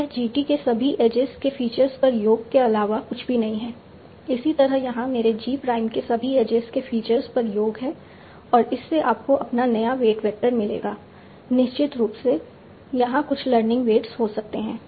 यह G t के सभी एजेज के फीचर्स पर योग के अलावा कुछ भी नहीं है इसी तरह यहाँ मेरे G प्राइम के सभी एजेज के फीचर्स पर योग है और इससे आपको अपना नया वेट वेक्टर मिलेगा निश्चित रूप से यहाँ कुछ लर्निंग वेट्स हो सकते हैं